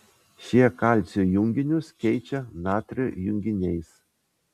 šie kalcio junginius keičia natrio junginiais